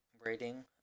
rating